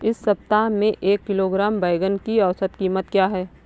इस सप्ताह में एक किलोग्राम बैंगन की औसत क़ीमत क्या है?